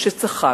צחק,